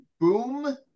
Boom